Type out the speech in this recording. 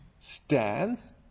Stands